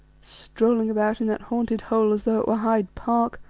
strolling about in that haunted hole as though it were hyde park